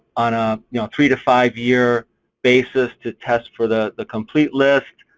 on a you know three to five year basis to test for the the complete list,